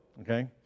okay